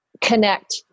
connect